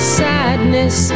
sadness